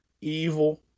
evil